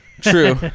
True